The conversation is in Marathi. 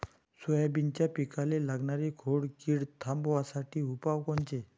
सोयाबीनच्या पिकाले लागनारी खोड किड थांबवासाठी उपाय कोनचे?